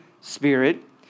Spirit